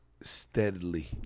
Steadily